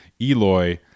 Eloy